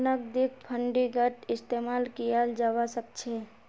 नकदीक फंडिंगत इस्तेमाल कियाल जवा सक छे